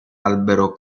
albero